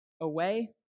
away